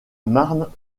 marne